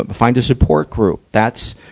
but find a support group, that's,